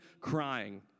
crying